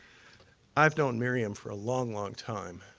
i've known miriam for a long, long time,